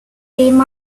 came